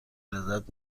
لذت